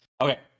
Okay